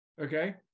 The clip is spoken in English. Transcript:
okay